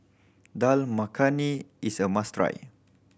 Dal Makhani is a must try